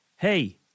hey